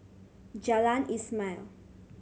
Jalan Ismail